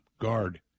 guard